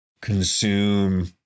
consume